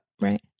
right